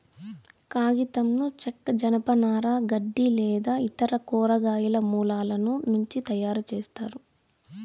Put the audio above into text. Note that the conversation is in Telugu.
కాగితంను చెక్క, జనపనార, గడ్డి లేదా ఇతర కూరగాయల మూలాల నుంచి తయారుచేస్తారు